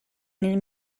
nel